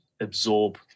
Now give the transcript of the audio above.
absorb